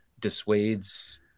dissuades